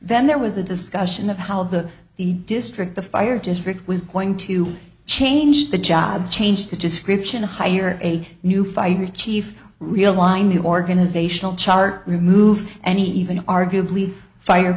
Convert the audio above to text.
then there was a discussion of how the the district the fire district was going to change the job change the description hire a new fire chief realigned the organizational chart remove any even arguably fire